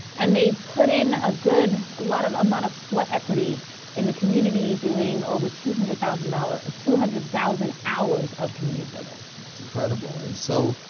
and they put in a good, a lot of amount of sweat equity in the community doing over two hundred thousand dollars ah two hundred thousand hours of community service. that's incredible. and so,